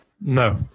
No